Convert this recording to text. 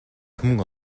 түмэн